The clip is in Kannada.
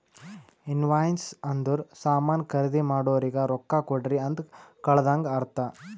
ಇನ್ವಾಯ್ಸ್ ಅಂದುರ್ ಸಾಮಾನ್ ಖರ್ದಿ ಮಾಡೋರಿಗ ರೊಕ್ಕಾ ಕೊಡ್ರಿ ಅಂತ್ ಕಳದಂಗ ಅರ್ಥ